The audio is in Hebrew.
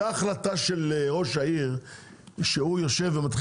זה החלטה של ראש העיר שהוא יושב ומתחיל